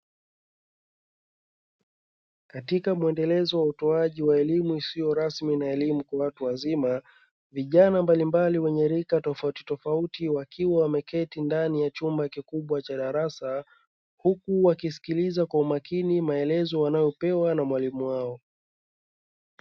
Katika muendelezo wa utoaji wa elimu isiyo rasmi na elimu kwa watu wazima, vijana mbalimbali wenye rika tofautitofauti wakiwa wameketi ndani ya chumba kikubwa cha darasa, huku wakisikiliza kwa makini maelezo wanayopewa na mwalimu wao.